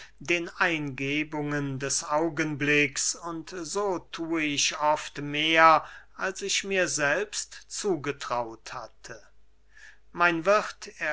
den eingebungen des augenblicks und so thue ich oft mehr als ich mir selbst zugetraut hatte mein wirth